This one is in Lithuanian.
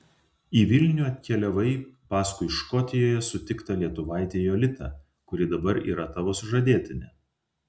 į vilnių atkeliavai paskui škotijoje sutiktą lietuvaitę jolitą kuri dabar yra tavo sužadėtinė